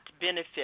benefit